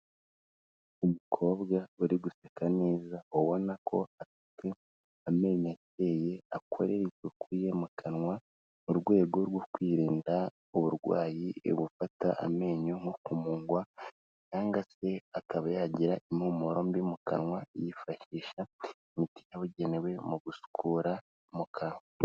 Umukobwa uri guseka neza, ubona ko afite amenyo akeye, akorera isuku ye mu kanwa, mu rwego rwo kwirinda uburwayi bufata amenyo nko kumungwa cyangwa se akaba yagira impumuro mbi mu kanwa, yifashisha imiti yabugenewe mu gusukura mu kanwa.